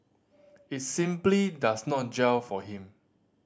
it simply does not gel for him